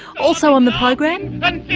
also on the program. i'm